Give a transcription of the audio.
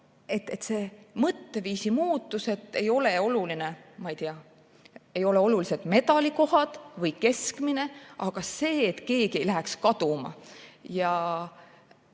on see mõtteviisi muutus, et ei ole olulised, ma ei tea, medalikohad või keskmine, vaid see, et keegi ei läheks kaduma.